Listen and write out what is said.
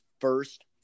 first